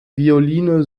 violine